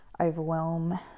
overwhelm